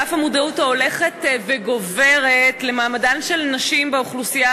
על אף המודעות ההולכת וגוברת למעמדן של נשים באוכלוסייה